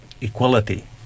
equality